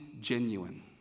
genuine